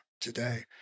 today